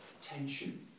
tension